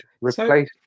replace